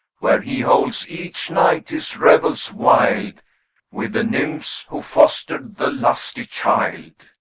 where he holds each night his revels wild with the nymphs who fostered the lusty child.